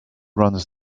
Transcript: runs